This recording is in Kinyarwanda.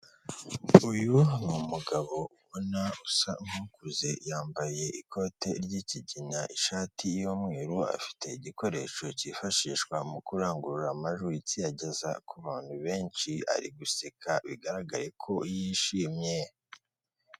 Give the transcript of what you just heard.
Uyu ni umugabo ubona usa nk'ukuze yambaye ikote ry'ikigina ishati y'umweru afite igikoresho cyifashishwa mu kurangurura amajwi kiyageza ku bantu benshi ari guseka bigaragare ko yishimye.